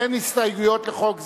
אין הסתייגויות לחוק זה,